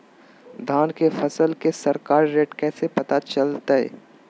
धान के फसल के सरकारी रेट कैसे पता चलताय?